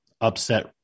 upset